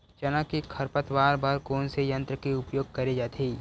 चना के खरपतवार बर कोन से यंत्र के उपयोग करे जाथे?